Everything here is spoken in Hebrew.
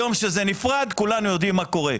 היום, כשזה נפרד, כולנו יודעים מה קורה.